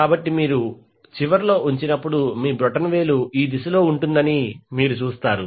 కాబట్టి మీరు ఈ విధంగా చివర్లో ఉంచినప్పుడు మీ బొటనవేలు ఈ దిశలో ఉంటుందని మీరు చూస్తారు